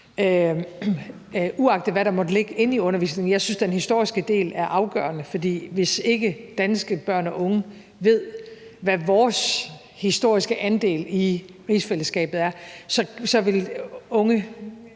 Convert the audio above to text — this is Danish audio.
uagtet hvad der måtte ligge i undervisningen, så synes jeg, den historiske del er afgørende, for hvis ikke danske børn og unge ved, hvad vores historiske andel i rigsfællesskabet er, vil unge